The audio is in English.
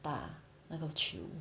打那个球